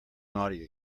naughty